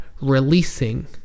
releasing